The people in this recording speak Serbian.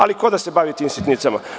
Ali ko da se bavi tim sitnicama.